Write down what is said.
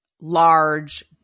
large